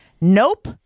nope